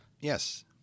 Yes